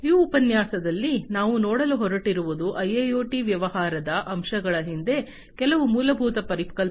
ಈ ಉಪನ್ಯಾಸದಲ್ಲಿ ನಾವು ನೋಡಲು ಹೊರಟಿರುವುದು ಐಐಒಟಿಯ ವ್ಯವಹಾರದ ಅಂಶಗಳ ಹಿಂದೆ ಕೆಲವು ಮೂಲಭೂತ ಪರಿಕಲ್ಪನೆಗಳು